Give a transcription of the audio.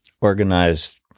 organized